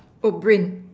oat brain